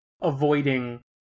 avoiding